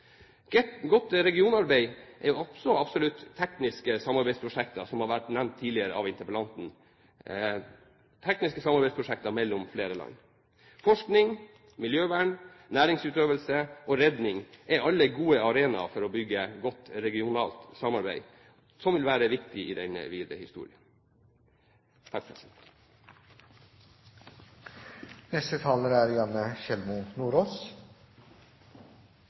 Godt regionarbeid er absolutt tekniske samarbeidsprosjekter mellom flere land, som har vært nevnt tidligere av interpellanten. Forskning, miljøvern, næringsutøvelse og redning er alle gode arenaer for å bygge et godt regionalt samarbeid, som vil være viktig i den videre historien.